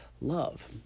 love